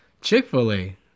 Chick-fil-A